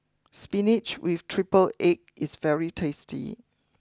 spinach with triple Egg is very tasty